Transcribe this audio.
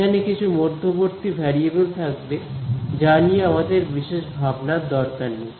এখানে কিছু মধ্যবর্তী ভ্যারিয়েবল থাকবে যা নিয়ে আমাদের বিশেষ ভাবনার দরকার নেই